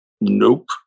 nope